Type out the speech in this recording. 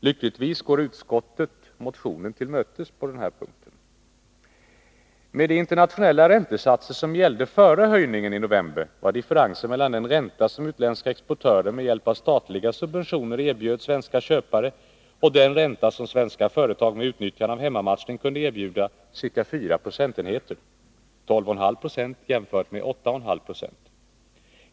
Lyckligtvis går utskottet motionen till mötes på den här punkten. Med de internationella räntesatser som gällde före höjningen i november var differensen mellan den ränta som utländska exportörer med hjälp av statliga subventioner erbjöd svenska köpare och den ränta som svenska företag med utnyttjande av hemmamatchning kunde erbjuda ca 4 procentenheter, 12 1/2 20 jämfört med 8,5 Jo.